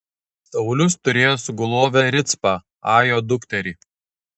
saulius turėjo sugulovę ricpą ajo dukterį